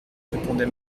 répondait